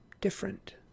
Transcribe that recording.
different